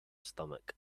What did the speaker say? stomach